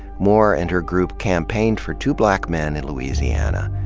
moore and her group campaigned for two black men in louisiana,